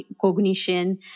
cognition